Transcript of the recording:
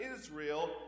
Israel